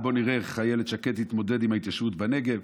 בואו נראה איך אילת שקד תתמודד עם ההתיישבות בנגב.